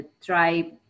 try